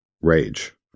rage